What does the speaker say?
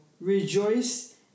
Rejoice